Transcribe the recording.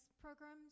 programs